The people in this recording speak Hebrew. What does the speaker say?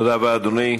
תודה רבה, אדוני.